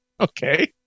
Okay